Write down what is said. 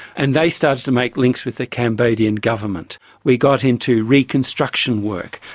and they started to make links with the cambodian government. we got into reconstruction work,